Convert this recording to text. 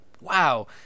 wow